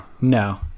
no